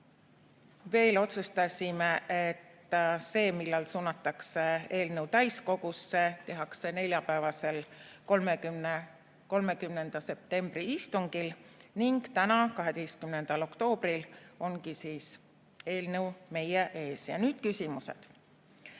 Veel otsustasime, et see [otsus], millal suunatakse eelnõu täiskogusse, tehakse neljapäevasel, 30. septembri istungil, ning täna, 12. oktoobril ongi siis eelnõu meie ees. Nüüd küsimused.